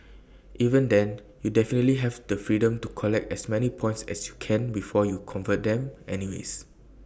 even then you definitely have the freedom to collect as many points as you can before you convert them any ways